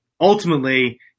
ultimately